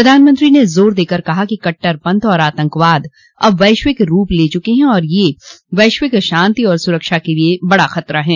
प्रधानमंत्री ने जोर देकर कहा कि कट्टरपंथ और आतंकवाद अब वैश्विक रूप ले चुके हैं और ये वैश्विक शांति और सुरक्षा के लिए सबसे बड़ा खतरा हैं